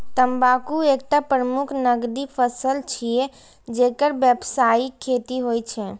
तंबाकू एकटा प्रमुख नकदी फसल छियै, जेकर व्यावसायिक खेती होइ छै